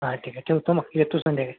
हां ठीक आहे ठेवतो मग येतो संध्याकाळी